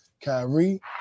Kyrie